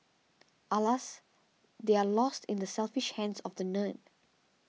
Alas they're lost in the selfish hands of the nerd